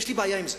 יש לי בעיה עם זה.